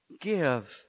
give